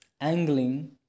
angling